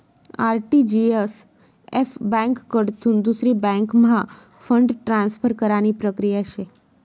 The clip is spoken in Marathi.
आर.टी.सी.एस.एफ ब्यांककडथून दुसरी बँकम्हा फंड ट्रान्सफर करानी प्रक्रिया शे